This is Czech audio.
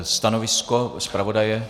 Stanovisko zpravodaje?